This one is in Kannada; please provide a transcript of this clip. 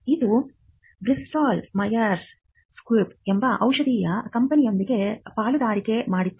ಇದು ಬ್ರಿಸ್ಟಲ್ ಮೈಯರ್ಸ್ ಸ್ಕ್ವಿಬ್ ಎಂಬ ಔಷಧೀಯ ಕಂಪನಿಯೊಂದಿಗೆ ಪಾಲುದಾರಿಕೆ ಮಾಡಿತು